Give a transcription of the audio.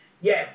yes